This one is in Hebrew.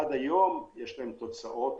עד היום יש להם תוצאות